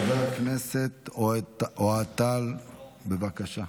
חבר הכנסת אוהד טל, בבקשה.